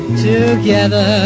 together